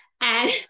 And-